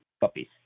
puppies